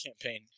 campaign